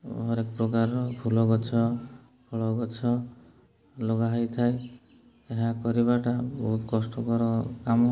ହର୍ ଏକ୍ ପ୍ରକାରର ଫୁଲ ଗଛ ଫଳ ଗଛ ଲଗା ହେଇଥାଏ ଏହା କରିବାଟା ବହୁତ କଷ୍ଟକର କାମ